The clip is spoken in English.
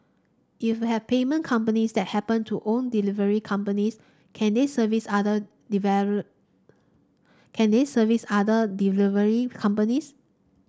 if you have payment companies that happen to own delivery companies can they service other can they service other delivery companies